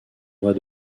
mois